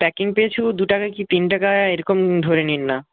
packing পিছু দুটাকা কি তিন টাকা এরকম ধরে নিন না